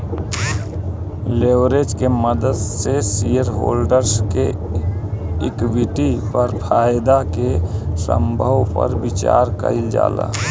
leverage के मदद से शेयरहोल्डर्स के इक्विटी पर फायदा के संभावना पर विचार कइल जाला